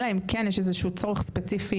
אלא אם כן יש איזשהו צורך ספציפי,